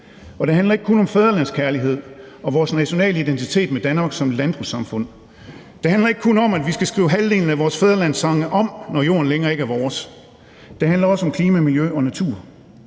og det handler ikke kun om fædrelandskærlighed og vores nationale identitet med Danmark som et landbrugssamfund, det handler ikke kun om, at vi skal skrive halvdelen af vores fædrelandssange om, når jorden ikke længere er vores, men det handler også om klima, miljø og natur.